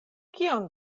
kion